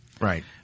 Right